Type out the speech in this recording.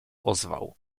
ozwał